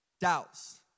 doubts